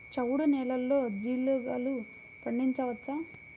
చవుడు నేలలో జీలగలు పండించవచ్చా?